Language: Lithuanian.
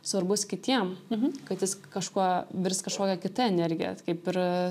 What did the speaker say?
svarbus kitiem kad jis kažkuo virs kažkokia kita energija kaip ir